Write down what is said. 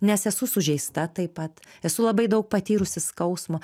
nes esu sužeista taip pat esu labai daug patyrusi skausmo